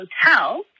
hotel